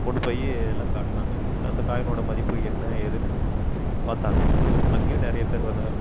கொண்டு போய் எல்லாம் காட்டுனாங்க அந்த காயினோடய மதிப்பு என்ன ஏதுன்னு பார்த்தாங்க அங்கேயும் நிறைய பேர் வந்து